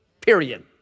period